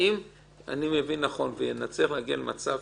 אם נצליח להגיע למצב